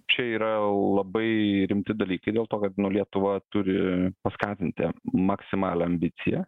čia yra labai rimti dalykai dėl to kad nu lietuva turi paskatinti maksimalią ambiciją